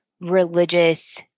religious